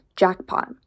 jackpot